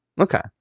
Okay